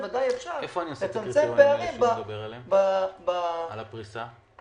איפה אני מוצא את הקריטריונים שהוא מדבר עליהם בנוגע לפריסה?